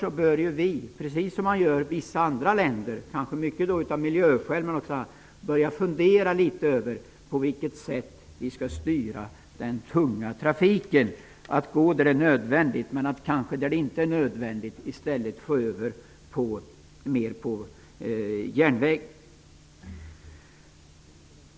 Vi bör, precis som man gör i vissa andra länder, bl.a. av miljöskäl, börja fundera över på vilket sätt vi skall styra den tunga trafiken. Den skall användas där det är nödvändigt, men där så inte är fallet bör den i stället mer föras över till järnväg.